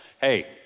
Hey